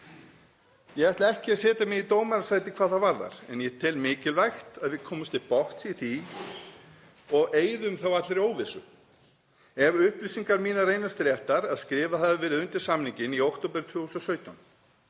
Ég ætla ekki að setja mig í dómarasæti hvað það varðar en ég tel mikilvægt að við komumst til botns í því og eyðum allri óvissu. Ef upplýsingar mínar reynast réttar, að skrifað hafi verið undir samninginn í október 2017,